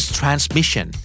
transmission